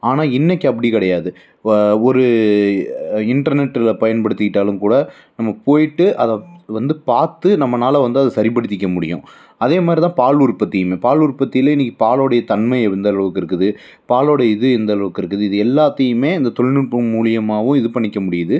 ஆனால் இன்றைக்கி அப்படி கிடையாது வ ஒரு இன்டர்நெட்டில் பயன்படுத்திக்கிட்டாலும் கூட நம்ம போயிட்டு அதை வந்து பார்த்து நம்மனால் வந்து அது சரிப்படுத்திக்க முடியும் அதே மாதிரி தான் பால் உற்பத்தியுமே பால் உற்பத்தியில் இன்றைக்கி பாலோடைய தன்மை எந்த அளவுக்கு இருக்குது பாலோடைய இது எந்த அளவுக்கு இருக்குது இது எல்லாத்தையுமே இந்த தொழில்நுட்பம் மூலிமாவும் இது பண்ணிக்க முடியுது